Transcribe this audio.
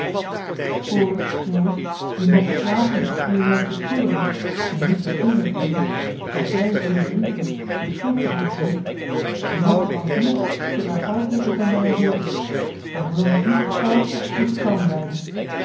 je moogt klagen en je zelf joh h been paddeltje de scheepsjongen van michiel de ruijter beschuldigen en niet ten onrechte vrind dat jij door je drinklust de schuld van alles bent je moogt dat alles doen zoodra paddeltje weer bij mij aan boord is maar zoolang dat niet het geval is moet-je kalm blijven